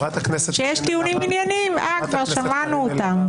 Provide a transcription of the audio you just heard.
כשיש טיעונים ענייניים, אה, כבר שמענו אותם.